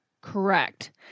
Correct